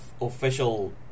official